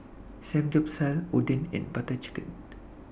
Samgyeopsal Oden and Butter Chicken